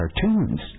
cartoons